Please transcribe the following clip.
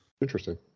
Interesting